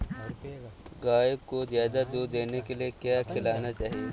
गाय को ज्यादा दूध देने के लिए क्या खिलाना चाहिए?